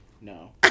No